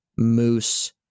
moose